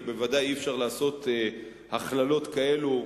וודאי שאי-אפשר לעשות הכללות כאלה.